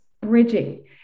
bridging